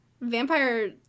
vampire